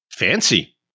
Fancy